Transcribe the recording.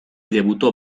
debutó